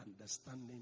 understanding